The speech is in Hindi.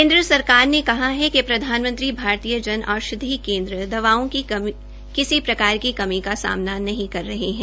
केन्द्र सरकार ने कहा है कि प्रधानमंत्री भारतीय जनऔषधि केन्द्र दवाओं की किसी प्रकार की कमी नहीं कर रहे है